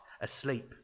asleep